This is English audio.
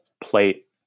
plate